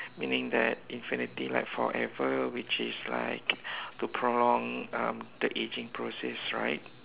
meaning that infinity like forever which is like to prolong um the aging process right